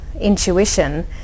intuition